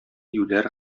юләр